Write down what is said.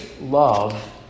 love